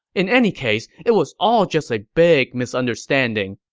in any case, it was all just a big misunderstanding,